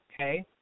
Okay